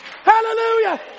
Hallelujah